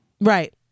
Right